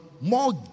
more